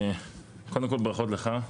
ברכות לך.